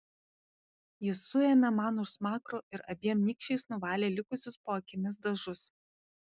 jis suėmė man už smakro ir abiem nykščiais nuvalė likusius po akimis dažus